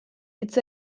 hitz